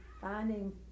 finding